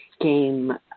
game